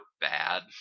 bad